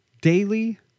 daily